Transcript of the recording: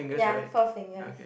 ya Four Fingers